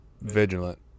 vigilant